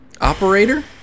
Operator